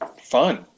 fun